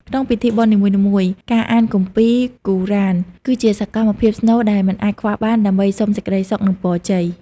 ក្នុងពិធីបុណ្យនីមួយៗ ការអានគម្ពីគូរ៉ាន (Quran) គឺជាសកម្មភាពស្នូលដែលមិនអាចខ្វះបាន ដើម្បីសុំសេចក្តីសុខ និងពរជ័យ។